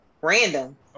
Random